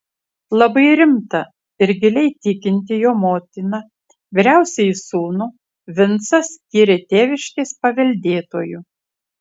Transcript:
labai rimta ir giliai tikinti jo motina vyriausiąjį sūnų vincą skyrė tėviškės paveldėtoju